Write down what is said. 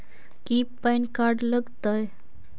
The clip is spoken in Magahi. की पैन कार्ड लग तै?